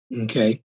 Okay